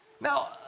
Now